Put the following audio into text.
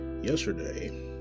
yesterday